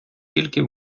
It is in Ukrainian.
тільки